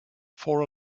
for